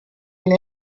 and